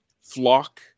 flock